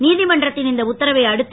நீதிமன்றத்தின் இந்த உத்தரவை அடுத்து